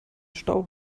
stau